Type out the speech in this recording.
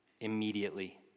immediately